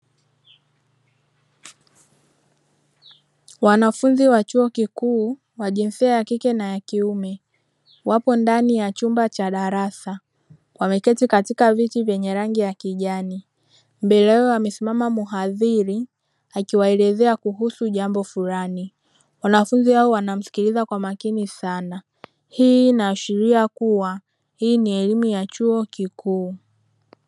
Wanafunzi wa chuo kikuu, wa jinsia ya kike na ya kiume, wako ndani ya darasa, wameketi katika viti vyenye rangi ya kijani, mbele yao amesimama mhadhiri akiwaelezea kuhusu jambo fulani. Wanafunzi hao wanamsikiliza kwa makini sana. Hii inaashiria kuwa hii ni elimu ya chuo kikuu.